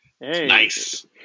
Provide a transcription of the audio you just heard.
Nice